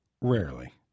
Rarely